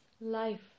life